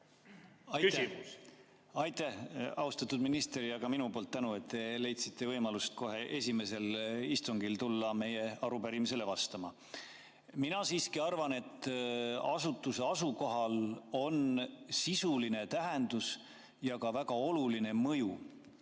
Aitäh! Austatud minister, ka minu poolt tänu, et te leidsite võimaluse kohe esimesel istungil tulla meie arupärimisele vastama. Mina siiski arvan, et asutuse asukohal on sisuline tähendus ja ka väga oluline mõju